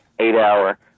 eight-hour